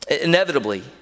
Inevitably